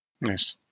Nice